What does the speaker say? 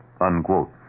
unquote